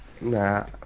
Nah